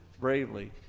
bravely